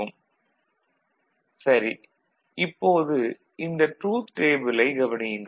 Y FAB Σ m123 இப்போது இந்த truth டேபிளைக் கவனியுங்கள்